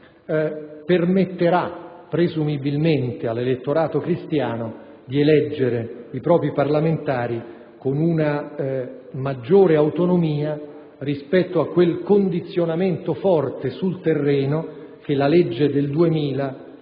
permetterà presumibilmente all'elettorato cristiano di eleggere i propri parlamentari con una maggiore autonomia rispetto al condizionamento forte sul terreno che la legge del 2000